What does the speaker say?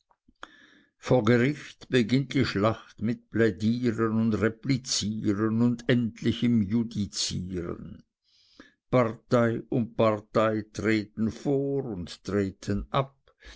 vor gericht beginnt die schlacht mit plädieren und replizieren und endlichem judizieren partei um partei treten vor und treten ab